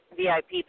VIP